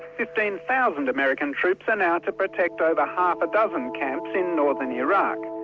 fifteen thousand american troops are now to protect over half a dozen camps in northern iraq.